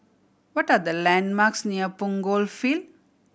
what are the landmarks near Punggol Field